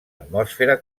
atmosfera